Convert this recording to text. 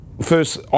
First